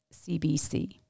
CBC